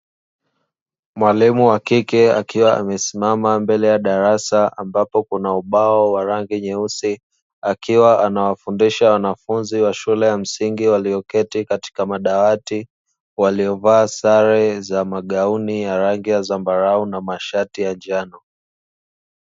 Mwalimu wa kike akiwa amesimama mbele ya darasa ambapo kuna ubao wa rangi nyeusi, akiwa anawafundisha wanafunzi wa shule ya msingi walioketi katika madawati, waliovaa sare za magauni ya rangi ya zambarau na mashati ya njano.